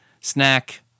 snack